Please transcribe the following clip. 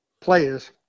players